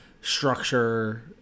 structure